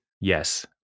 Yes